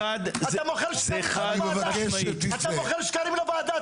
אתה מוכר שקרים לוועדה.